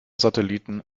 satelliten